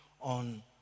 on